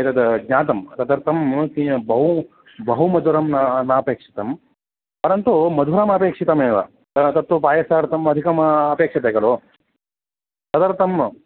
एतत् ज्ञातं तदर्थं किञ्चित् बहु बहु मधुरम् नापेक्षितं परन्तु मधुरम् अपेक्षितमेव तत् तत्तु पायसार्थम् अधिकम् अपेक्षते खलु तदर्थम्